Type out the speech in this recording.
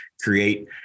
create